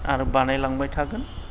आरो बानायलांबाय थागोन